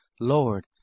Lord